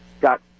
got